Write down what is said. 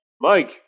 Mike